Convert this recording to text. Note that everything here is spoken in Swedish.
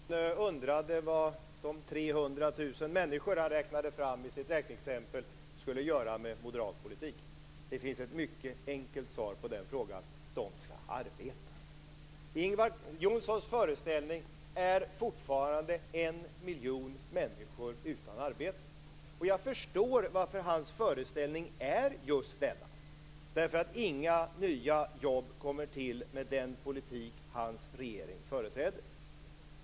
Herr talman! Ingvar Johnsson undrade vad de 300 000 människor han räknade fram med sitt räkneexempel skulle göra med moderat politik. Det finns ett mycket enkelt svar på den frågan: De skulle arbeta. I Ingvar Johnssons föreställning är fortfarande 1 miljon människor utan arbete, och jag förstår varför hans föreställning är just denna. Inga nya jobb kommer nämligen till med den politik som hans regering företräder.